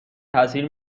تاثیر